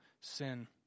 sin